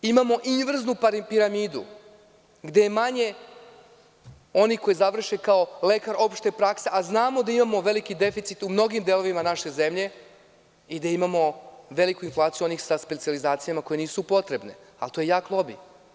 Imamo inverznu piramidu gde je manje onih kojizavrše kao lekar opšte prakse, a znamo da imamo veliki deficit u mnogim delovima naše zemlje i da imamo veliku inflaciju onih sa specijalizacijama koje nisu potrebno, ali to je jak lobi.